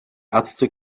ärzte